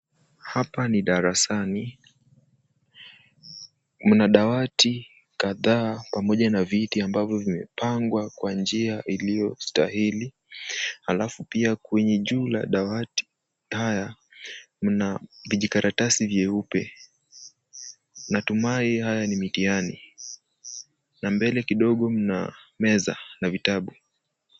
Hapa ni darasani, mna dawati kadhaa pamoja na viti ambavyo vimepangwa kwa njia iliyostahili alafu pia kwenye juu la dawati haya, mna vijikaratasi vyeupe. Natumai haya ni mitihani na mbele kidogo mna meza na vitabu.